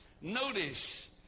Notice